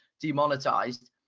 demonetized